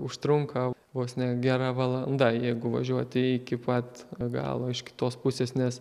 užtrunka vos ne gera valanda jeigu važiuoti iki pat galo iš kitos pusės nes